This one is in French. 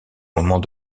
moment